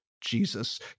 Jesus